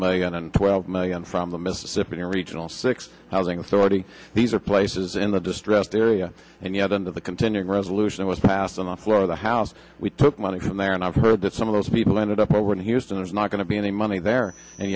million and twelve million from the mississippi regional six housing authority these are places in the distressed area and yet in the continuing resolution was passed on the floor of the house we took money from there and i've heard that some of those people ended up or were in houston is not going to be any money there and